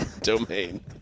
domain